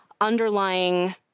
underlying